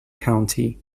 county